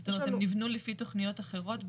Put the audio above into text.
זאת אומרת הם נבנו לפי תכניות אחרות,